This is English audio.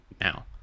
now